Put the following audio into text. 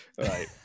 Right